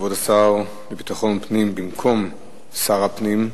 כבוד השר לביטחון פנים, במקום שר הפנים,